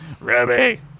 Ruby